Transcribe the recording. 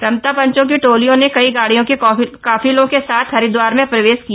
रमता पंचों की टोलियों ने कई गाड़ियों के काफिले के साथ हरिदवार में प्रवेश किया